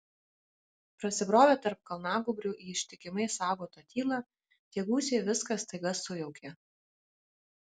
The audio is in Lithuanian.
prasibrovę tarp kalnagūbrių į ištikimai saugotą tylą tie gūsiai viską staiga sujaukė